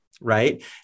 right